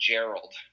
Gerald